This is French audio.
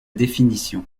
définition